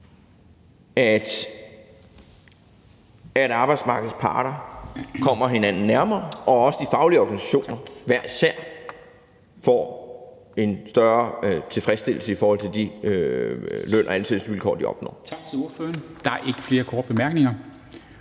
at arbejdsmarkedets parter kommer hinanden nærmere, og også at de faglige organisationer hver især får en større tilfredsstillelse i forhold til de løn- og ansættelsesvilkår, de opnår.